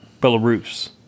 Belarus